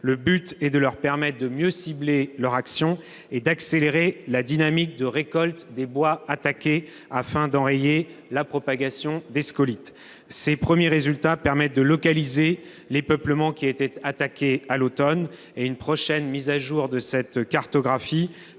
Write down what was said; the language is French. Le but est de leur permettre de mieux cibler leur action et d'accélérer la dynamique de récolte des bois attaqués afin d'enrayer la propagation des scolytes. Ces premiers résultats permettent de localiser les peuplements qui étaient attaqués à l'automne. Une prochaine mise à jour de cette cartographie